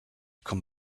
come